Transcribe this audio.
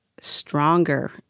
stronger